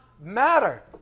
matter